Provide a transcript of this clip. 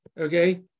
okay